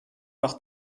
par